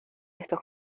estos